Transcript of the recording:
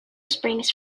springs